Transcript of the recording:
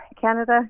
Canada